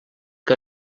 que